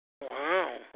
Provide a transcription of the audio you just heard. Wow